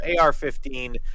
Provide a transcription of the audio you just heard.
AR-15